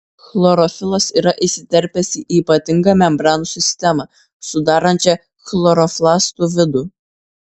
chlorofilas yra įsiterpęs į ypatingą membranų sistemą sudarančią chloroplastų vidų